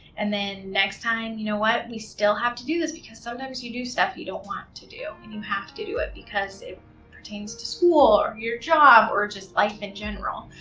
and then next time, you know what, you still have to do this because sometimes you do stuff you don't want to do and you have to do it because it pertains to school or your job or just life in general.